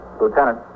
Lieutenant